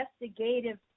investigative